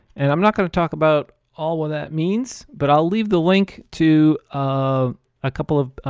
and i'm not going to talk about all what that means but i'll leave the link to a ah couple of